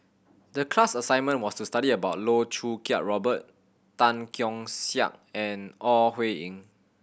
the class assignment was to study about Loh Choo Kiat Robert Tan Keong Saik and Ore Huiying